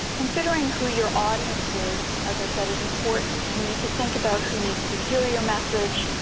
considering who your audience is, as i said, is important. you need to think about who needs to hear your message,